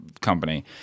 company